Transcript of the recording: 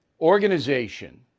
organization